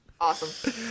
Awesome